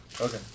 Okay